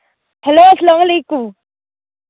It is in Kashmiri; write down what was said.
ہیٚلَو اَسلام علیکُم